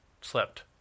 slept